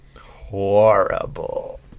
Horrible